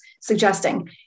suggesting